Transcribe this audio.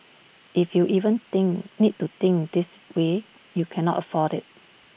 if you even think need to think this way you cannot afford IT